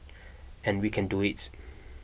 and we can do it